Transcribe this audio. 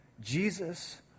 Jesus